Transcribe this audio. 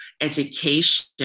education